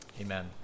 Amen